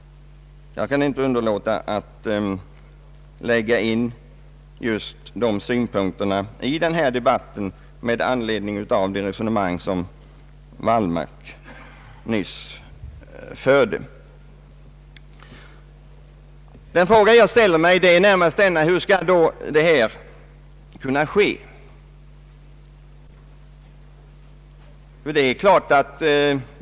Jag kan inte underlåta att lägga in dessa synpuntker i debatten med anledning av det resonemang som herr Wallmark nyss förde. Den fråga jag ställer mig är närmast denna: Hur skall utjämningen då ske?